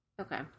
Okay